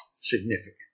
significant